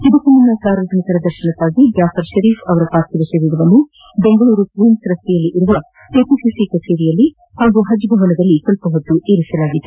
ಇದಕ್ಕೂ ಮುನ್ನ ಸಾರ್ವಜನಿಕರ ದರ್ಶನಕ್ಕಾಗಿ ಜಾಫರ್ ಪರಿಫ್ ಅವರ ಪಾರ್ಥಿವ ಶರೀರವನ್ನು ಬೆಂಗಳೂರಿನ ಕ್ಷೀನ್ತ್ ರಸ್ತೆಯಲ್ಲಿರುವ ಕೆಪಿಸಿಸಿ ಕಚೇರಿ ಹಾಗೂ ಹಜ್ ಭವನದಲ್ಲಿ ಇರಿಸಲಾಗಿತ್ತು